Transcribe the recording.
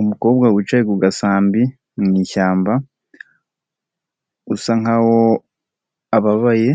Umukobwa wicaye ku gasambi mu ishyamba, usa nkaho ababaye